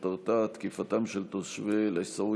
שכותרתה: תקיפתם של תושבי אל-עיסאוויה,